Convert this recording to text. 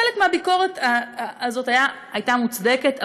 חלק מהביקורת הזאת הייתה מוצדקת,